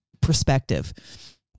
perspective